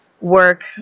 work